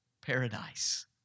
paradise